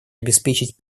обеспечить